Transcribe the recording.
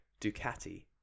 ducati